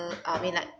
I mean like